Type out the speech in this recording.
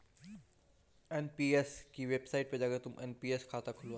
NPS की website पर जाकर तुम एन.पी.एस खाता खुलवा लो